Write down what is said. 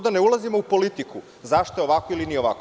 Da ne ulazimo u politiku zašto je ovako ili nije ovako.